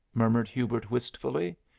murmured hubert wistfully.